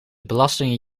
belastingen